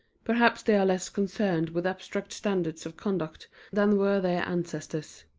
perhaps they are less concerned with abstract standards of conduct than were their ancestors.